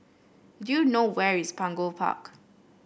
do you know where is Punggol Park